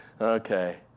Okay